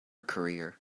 career